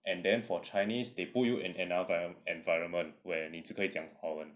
and then for chinese they put you in another environment where 你只可以讲华文